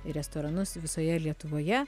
restoranus visoje lietuvoje